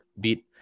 beat